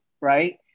right